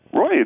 Roy